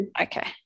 okay